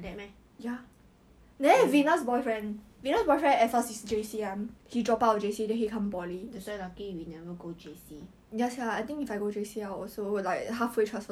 then after that err he sat beside venus in class you know our classroom the table is like 五个人坐 right then after that he sat beside her then after that the boyfriend not happy leh